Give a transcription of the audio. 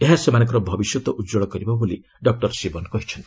ଏହା ସେମାନଙ୍କ ଭବିଷ୍ୟତ ଉଜ୍ୱଳ କରିବ ବୋଲି ଡକ୍କର ଶିବନ କହିଛନ୍ତି